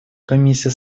комиссия